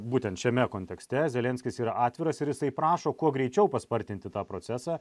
būtent šiame kontekste zelenskis yra atviras ir jisai prašo kuo greičiau paspartinti tą procesą